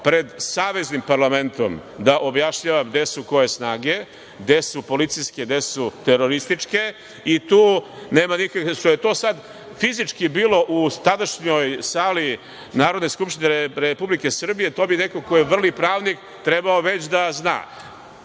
pred saveznim parlamentom da objašnjavam gde su koje snage, gde su policijske, gde su terorističke. Što je to sad fizički bilo u tadašnjoj sali Narodne skupštine Republike Srbije, to bi neko ko je vrli pravnik trebao već da zna.